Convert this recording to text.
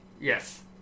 Yes